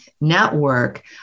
network